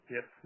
Yes